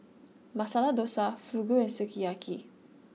Masala Dosa Fugu and Sukiyaki